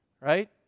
right